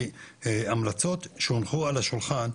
המלצות שהונחו על השולחן,